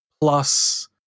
plus